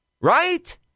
Right